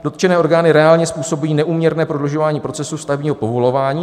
Dotčené orgány reálně způsobují neúměrné prodlužování procesu stavebního povolování.